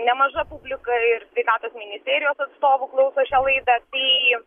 nemaža publika ir sveikatos ministerijos atstovų klauso šią laidą tai